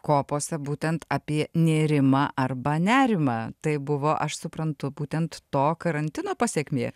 kopose būtent apie nėrimą arba nerimą tai buvo aš suprantu būtent to karantino pasekmė